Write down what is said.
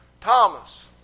Thomas